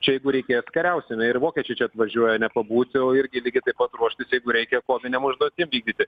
čia jeigu reikės kariausime ir vokiečiai čia atvažiuoja nepabūti o irgi lygiai taip pat ruoštis jeigu reikia kovinėm užduotim vykdyti